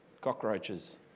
cockroaches